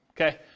okay